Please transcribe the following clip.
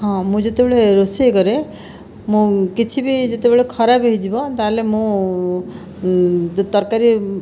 ହଁ ମୁଁ ଯେତେବେଳେ ରୋଷେଇ କରେ ମୁଁ କିଛି ବି ଯେତେବେଳେ ଖରାପ ହୋଇଯିବ ତା'ହେଲେ ମୁଁ ଯେ ତରକାରୀ